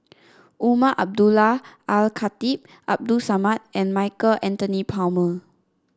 Umar Abdullah Al Khatib Abdul Samad and Michael Anthony Palmer